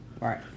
Right